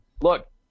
look